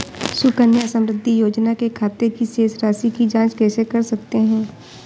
सुकन्या समृद्धि योजना के खाते की शेष राशि की जाँच कैसे कर सकते हैं?